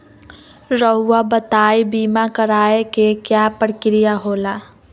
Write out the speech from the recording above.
रहुआ बताइं बीमा कराए के क्या प्रक्रिया होला?